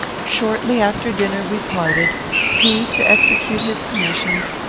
shortly after dinner we parted he to execute his commissions,